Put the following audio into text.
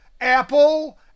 Apple